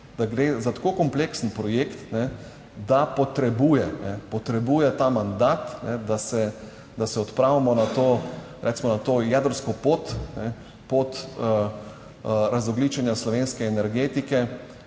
za tako kompleksen projekt, da potrebuje ta mandat, da se odpravimo na to, recimo na to jedrsko pot, pot razogljičenja slovenske energetike